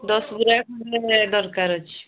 ଦଶ ବୁରା ଖଣ୍ଡେ ଦରକାର ଅଛି